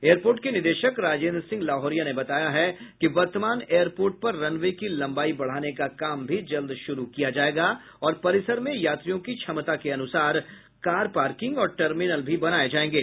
airport के निदेशक राजेन्द्र सिंह लाहोरिया ने बताया है कि वर्तमान एयरपोर्ट पर रनवे की लंबाई बढ़ाने का काम भी जल्द शुरू किया जाएगा और परिसर में यात्रियों की क्षमता के अनुसार कार पार्किंग और टर्मिनल भी बनाए जाएंगे